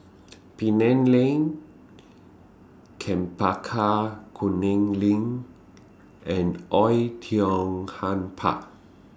Penang Lane Chempaka Kuning LINK and Oei Tiong Ham Park